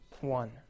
one